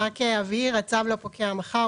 הצו לא פוקע מחר.